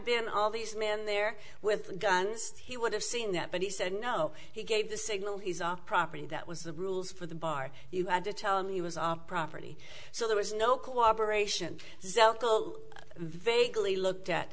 been all these men there with guns he would have seen that but he said no he gave the signal he's our property that was the rules for the bar you had to tell him he was our property so there was no cooperation zokol vaguely looked at